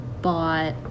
bought